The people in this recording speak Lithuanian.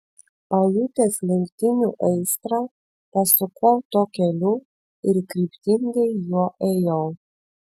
pajutęs lenktynių aistrą pasukau tuo keliu ir kryptingai juo ėjau